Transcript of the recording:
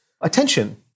attention